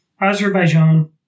Azerbaijan